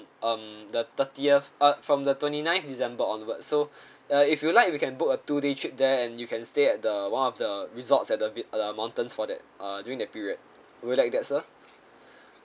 um the thirtieth uh from the twenty ninth december onwards so uh if you like we can book a two day trip there and you can stay at the one of the resorts at the vil~ uh mountains for that uh during that period would you like that sir